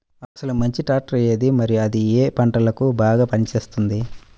అసలు మంచి ట్రాక్టర్ ఏది మరియు అది ఏ ఏ పంటలకు బాగా పని చేస్తుంది?